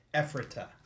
Ephrata